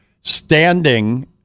standing